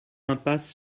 impasse